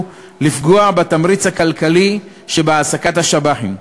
לפגוע בתמריץ הכלכלי שבהעסקת השב"חים.